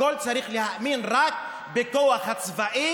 הכול צריך להאמין רק בכוח הצבאי?